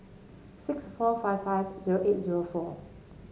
six four five five zero eight zero four